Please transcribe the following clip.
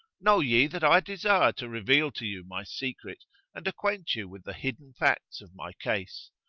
know ye that i desire to reveal to you my secret and acquaint you with the hidden facts of my case.